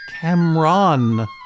Camron